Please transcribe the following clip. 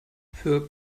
für